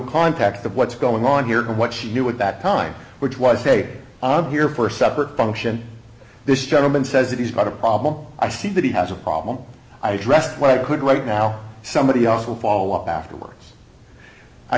context of what's going on here what she knew at that time which was hey i'm here for a separate function this gentleman says that he's got a problem i see that he has a problem i dressed what i could right now somebody else will follow up afterwards i